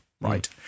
right